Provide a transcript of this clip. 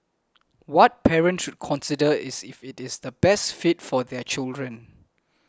what parents consider is if it is the best fit for their children